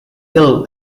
ill